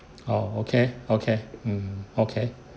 oh okay okay mm okay